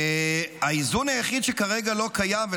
האיזון היחיד שכרגע לא קיים,